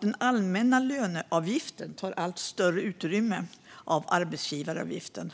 Den allmänna löneavgiften tar allt större utrymme av arbetsgivaravgiften.